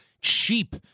cheap